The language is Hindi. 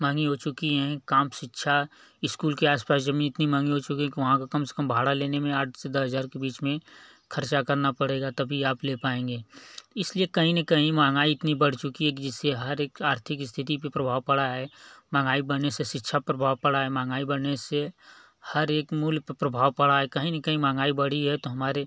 महंगी हो चुकी हैं काम शिक्षा इस्कूल के आस पास जमीन इतनी महंगी हो चुकी हैं कि वहाँ का कम से कम भाड़ा लेने में आठ से दस हज़ार के बीच में खर्चा करना पड़ेगा तभी आप ले पाएंगे इसलिए कहीं न कहीं महंगाई इतनी बढ़ चुकी है कि जिससे हर एक आर्थिक स्थिति पर प्रभाव पड़ा है महंगाई बढ़ने से शिक्षा प्रभाव पड़ा है महंगाई बढ़ने से हर एक मूल्य पर प्रभाव पड़ा है कहीं न कहीं महंगाई बढ़ी है तो हमारे